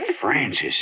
Francis